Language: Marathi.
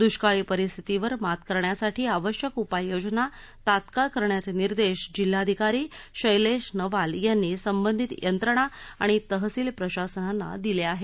द्ष्काळी परिस्थितीवर मात करण्यासाठी आवश्यक उपाययोजना तात्काळ करण्याचे निर्देश जिल्हाधिकारी शैलेश नवाल यांनी संबंधित यंत्रणा आणि तहसील प्रशासनांना दिले आहेत